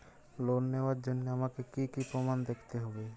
Loan নেওয়ার জন্য আমাকে কী কী প্রমাণ দেখতে হবে?